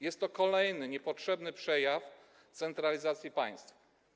Jest to kolejny niepotrzebny przejaw centralizacji państwa.